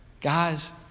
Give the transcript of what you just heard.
Guys